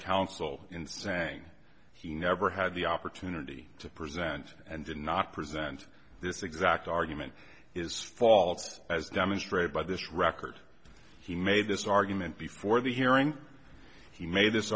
counsel in saying he never had the opportunity to present and did not present this exact argument is false as demonstrated by this record he made this argument before the hearing he made this